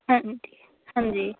ਹਾਂਜੀ ਹਾਂਜੀ